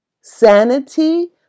sanity